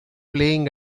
playing